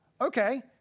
Okay